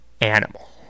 animal